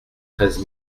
treize